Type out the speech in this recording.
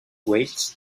weights